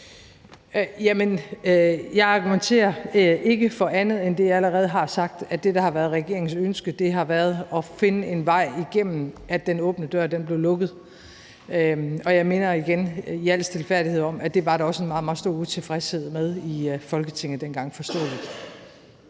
jeg argumenterer ikke for andet end det, jeg allerede har sagt, altså at det, der har været regeringens ønske, har været at finde en vej igennem, i forhold til at den åbne dør blev lukket. Jeg minder igen i al stilfærdighed om, at det var der også en meget, meget stor utilfredshed med i Folketinget dengang